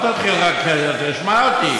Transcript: תשמע אותי.